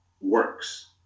works